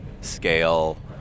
scale